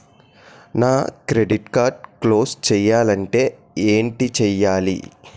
నా credit card close చేయాలంటే ఏంటి చేయాలి?